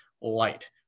light